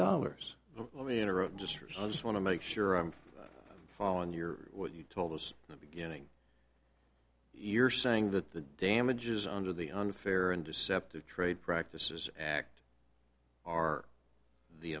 dollars let me interrupt just i just want to make sure i'm following your what you told us the beginning you're saying that the damages under the unfair and deceptive trade practices act are the